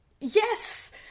Yes